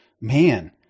man